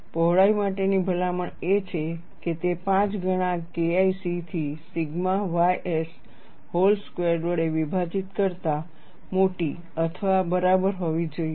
પહોળાઈ માટેની ભલામણ એ છે કે તે 5 ગણા KIC થી સિગ્મા ys વ્હોલ સ્ક્વેરર્ડ વડે વિભાજિત કરતાં મોટી અથવા બરાબર હોવી જોઈએ